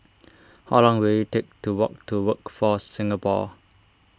how long will it take to walk to Workforce Singapore